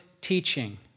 teaching